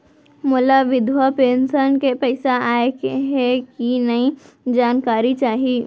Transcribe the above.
मोला विधवा पेंशन के पइसा आय हे कि नई जानकारी चाही?